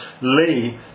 Lee